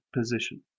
position